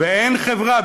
ואין חברה,